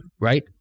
right